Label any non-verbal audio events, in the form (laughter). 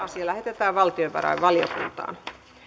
(unintelligible) asia lähetetään valtiovarainvaliokuntaan